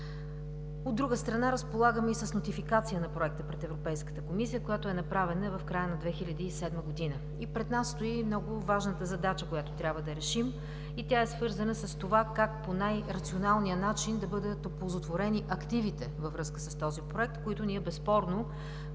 От друга страна, разполагаме и с нотификация на Проекта пред Европейската комисия, която е направена в края на 2007 г. и пред нас стои много важната задача, която трябва да решим. Тя е свързана с това как по най-рационалния начин да бъдат оползотворени активите във връзка с този Проект, които ние безспорно